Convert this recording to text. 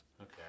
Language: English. Okay